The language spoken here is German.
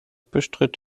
bestritt